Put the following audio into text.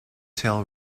tail